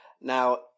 Now